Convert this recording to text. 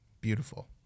Beautiful